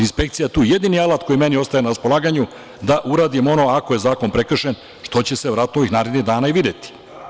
Inspekcija je tu jedini alat koji meni ostaje na raspolaganju da uradim ono ako je zakon prekršen, što će se verovatno to narednih dana i videti.